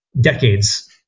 decades